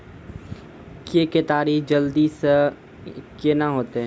के केताड़ी जल्दी से के ना होते?